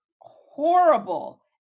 horrible